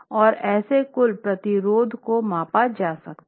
और ऐसे कुल प्रतिरोध को मांपा जा सकता है